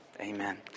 amen